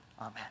amen